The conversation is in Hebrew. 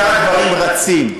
שאר הדברים רצים.